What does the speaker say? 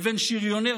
לבין שריונר,